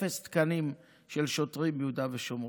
אפס תקנים של שוטרים ביהודה ושומרון.